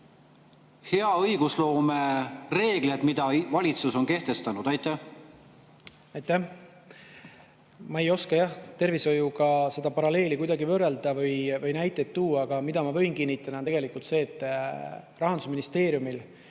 hea õigusloome reegleid, mis valitsus on kehtestanud? Aitäh,